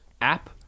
app